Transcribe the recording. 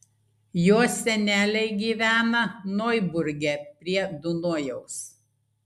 jo seneliai gyvena noiburge prie dunojaus